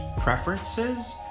preferences